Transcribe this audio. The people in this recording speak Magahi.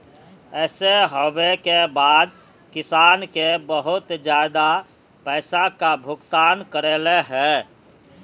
ऐसे होबे के बाद किसान के बहुत ज्यादा पैसा का भुगतान करले है?